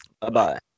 Bye-bye